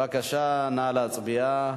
בבקשה, נא להצביע.